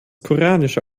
koreanische